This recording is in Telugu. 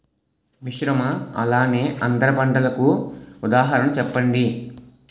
మిశ్రమ అలానే అంతర పంటలకు ఉదాహరణ చెప్పండి?